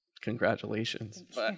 congratulations